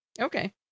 Okay